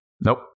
Nope